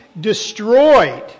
destroyed